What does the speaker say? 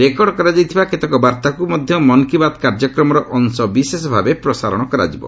record କରାଯାଇଥିବା କେତେକ ବାର୍ତ୍ତାକୁ ମଧ୍ୟ ମନ୍ କୀ ବାତ୍ କାର୍ଯ୍ୟକ୍ରମର ଅଂଶବିଶେଷ ଭାବେ ପ୍ରସାରଣ କରାଯିବ